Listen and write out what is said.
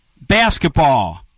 Basketball